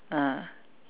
ah